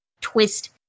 twist